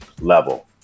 level